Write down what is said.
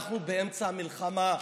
אנחנו באמצע המלחמה.